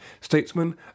statesman